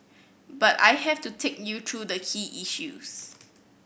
but I have to take you through the key issues